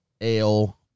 ale